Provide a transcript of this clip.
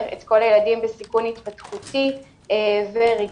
את כל הילדים בסיכון התפתחותי ורגשי.